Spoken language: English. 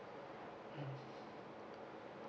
mm